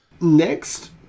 Next